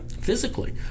physically